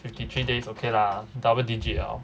fifty three days okay lah double digit 了